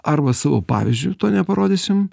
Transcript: arba savo pavyzdžiu to neparodysim